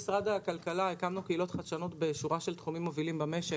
עוד במשרד הכלכלה הקמנו קהילות חדשנות בשורה של תחומים מובילים במשק,